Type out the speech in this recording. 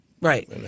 Right